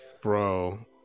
bro